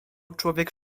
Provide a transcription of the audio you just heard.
człowiek